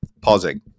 Pausing